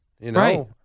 Right